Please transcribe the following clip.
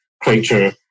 creature